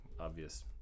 obvious